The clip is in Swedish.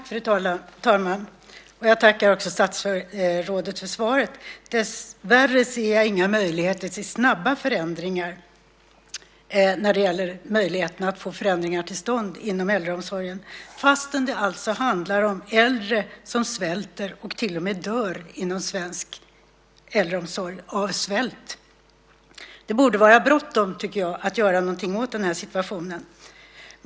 Fru talman! Jag tackar statsrådet för svaret. Dessvärre ser jag inga möjligheter till snabba förändringar när det gäller att få förändringar till stånd inom äldreomsorgen fastän det handlar om äldre som svälter och till och med dör inom svensk äldreomsorg. De dör alltså av svält. Det borde vara bråttom, tycker jag, med att göra någonting åt den här situationen.